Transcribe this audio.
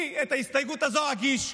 אני את ההסתייגות הזו אגיש,